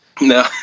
no